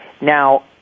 Now